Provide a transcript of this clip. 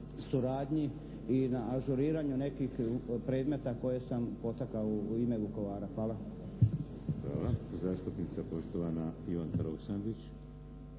suradnji i na ažuriranju nekih predmeta koje sam potakao u ime Vukovara. Hvala. **Šeks, Vladimir (HDZ)** Hvala. Zastupnica poštovana Ivanka Roksandić.